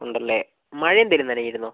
ഉണ്ടല്ലേ മഴ എന്തെങ്കിലും നനഞ്ഞിരുന്നോ